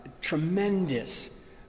tremendous